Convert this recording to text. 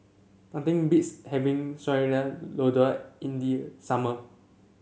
nothing beats having Sayur Lodeh in the summer